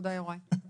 עד 31 במאי.